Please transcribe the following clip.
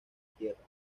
tierra